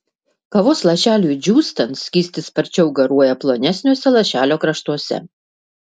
kavos lašeliui džiūstant skystis sparčiau garuoja plonesniuose lašelio kraštuose